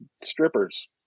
strippers